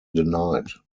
denied